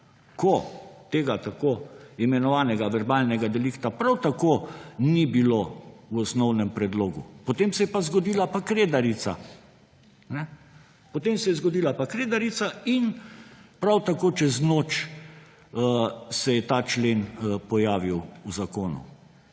ko tega tako imenovanega verbalnega delikta prav tako ni bilo v osnovnem predlogu, potem se je zgodila pa Kredarica. Potem se je zgodila pa Kredarica in se je prav tako čez noč ta člen pojavil v zakonu.